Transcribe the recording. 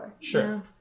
Sure